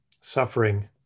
suffering